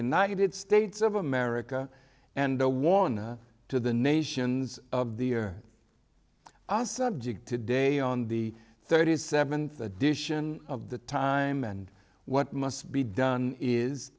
united states of america and a warning to the nations of the year a subject today on the thirty seventh edition of the time and what must be done is